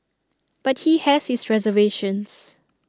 but he has his reservations